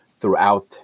throughout